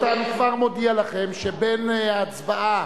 אני כבר מודיע לכם שבין ההצבעה